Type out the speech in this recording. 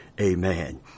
Amen